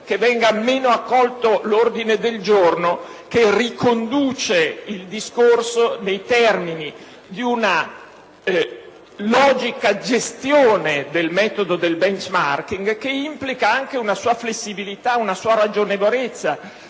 l'emendamento 4.11 è stato trasformato), che riconduce il discorso nei termini di una logica gestione del metodo del *benchmarking*, che implica anche una sua flessibilità e una sua ragionevolezza.